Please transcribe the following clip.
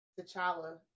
T'Challa